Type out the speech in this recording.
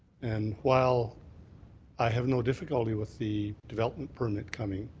and while i have no difficulty with the development permit coming,